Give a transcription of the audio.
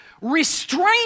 restrain